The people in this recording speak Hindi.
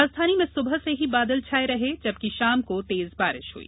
राजधानी में सुबह से ही बादल छाये रहे जबकि शाम को तेज बारिश हुई